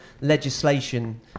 legislation